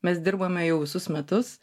mes dirbame jau visus metus